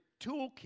toolkit